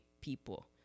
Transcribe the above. people